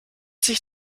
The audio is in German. sich